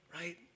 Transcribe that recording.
right